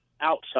outside